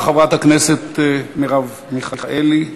חברת הכנסת מרב מיכאלי,